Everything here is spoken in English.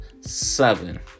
Seven